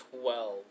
twelve